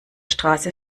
straße